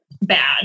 bad